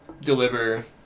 deliver